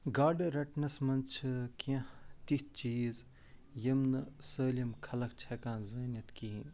گاڈٕ رٹنس منٛز چھِ کیٚنٛہہ تِتھۍ چیٖز یِم نہٕ سٲلِم خلق چھِ ہٮ۪کان زٲنِتھ کِہیٖنٛۍ